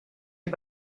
est